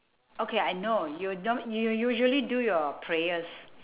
okay I know you don~ you will usually do your prayers